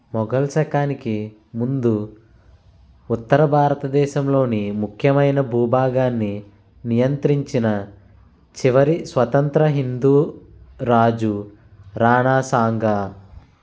మొఘల్ శకానికి ముందు ఉత్తర భారతదేశంలోని ముఖ్యమైన భూభాగాన్ని నియంత్రించిన చివరి స్వతంత్ర హిందూ రాజు రాణా సాంగా